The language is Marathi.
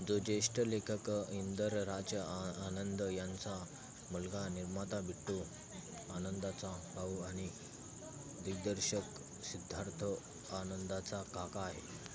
तो ज्येष्ठ लेखक इंदर राज आनंद यांचा मुलगा निर्माता बिट्टू आनंदचा भाऊ आणि दिग्दर्शक सिद्धार्थ आनंदचा काका आहे